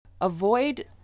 Avoid